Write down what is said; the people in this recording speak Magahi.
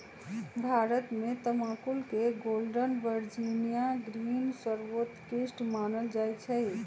भारत में तमाकुल के गोल्डन वर्जिनियां ग्रीन सर्वोत्कृष्ट मानल जाइ छइ